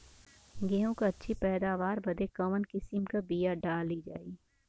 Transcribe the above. गेहूँ क अच्छी पैदावार बदे कवन किसीम क बिया डाली जाये?